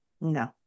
No